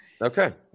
Okay